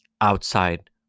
outside